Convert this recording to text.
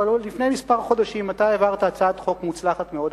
שלפני כמה חודשים אתה העברת הצעת חוק מוצלחת מאוד,